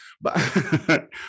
But-